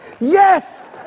yes